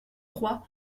trois